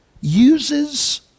uses